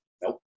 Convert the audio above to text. Nope